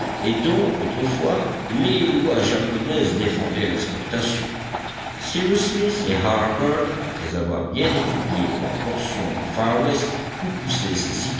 et dont autrefois les lois japonaises défendaient l'exportation cyrus smith et harbert après avoir bien étudié la portion du farwest où poussaient ces